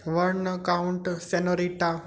one account senorita